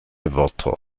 wörter